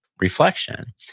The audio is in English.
reflection